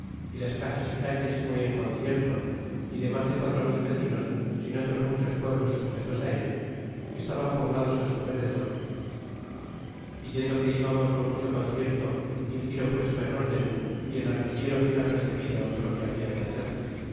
y las casas y calles muy en concierto y de mas de quatro mil vecinos sin otxos muchos pueblos sujetos a ella que estaban poblados á su rededor a yendo que íbamos con mucho concierto y el tiro puesto en orden y el artillero bien apercebido de lo que habia de hacer